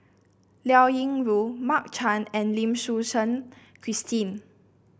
Liao Yingru Mark Chan and Lim Suchen Christine